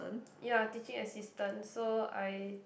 ya teaching assistant so I